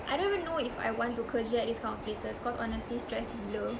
I don't even know if I want to kerja at this kind of places cause honestly stress gila